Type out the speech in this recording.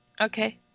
Okay